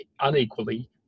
unequally